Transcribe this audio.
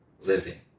living